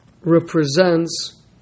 represents